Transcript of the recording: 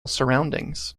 surroundings